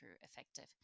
effective